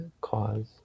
cause